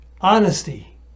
honesty